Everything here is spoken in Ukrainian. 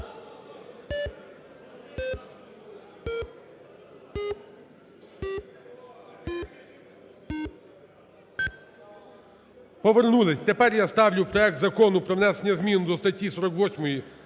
Повернулись. Тепер я ставлю проект Закону про внесення зміни до статті 48